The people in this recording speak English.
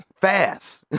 Fast